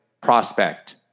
prospect